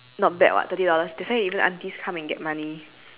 not bad [what] thirty dollars that's why you know the aunties come and get money